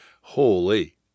holy